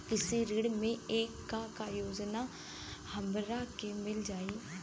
कृषि ऋण मे का का योजना हमरा के मिल पाई?